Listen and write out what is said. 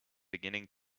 beginning